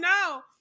no